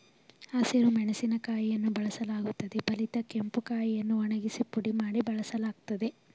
ಹಸಿರು ಮೆಣಸಿನಕಾಯಿಯನ್ನು ಬಳಸಲಾಗುತ್ತದೆ ಬಲಿತ ಕೆಂಪು ಕಾಯಿಯನ್ನು ಒಣಗಿಸಿ ಪುಡಿ ಮಾಡಿ ಬಳಸಲಾಗ್ತದೆ